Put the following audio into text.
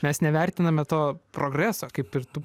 mes nevertiname to progreso kaip ir tu